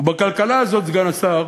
ובכלכלה הזאת, סגן השר,